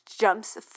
jumps